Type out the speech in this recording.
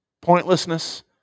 Pointlessness